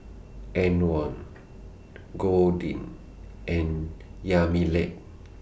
Antwon Goldie and Yamilet